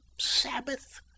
sabbath